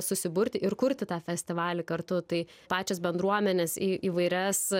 susiburti ir kurti tą festivalį kartu tai pačios bendruomenės į įvairias